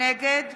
נגד